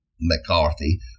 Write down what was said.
McCarthy